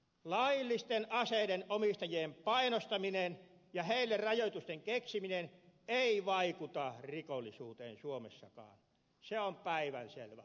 laillisten aseiden omistajien painostaminen ja heille rajoitusten keksiminen ei vaikuta rikollisuuteen suomessakaan se on päivänselvä asia